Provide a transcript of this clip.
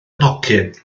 nhocyn